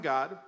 God